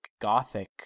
gothic